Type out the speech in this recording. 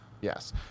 Yes